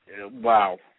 wow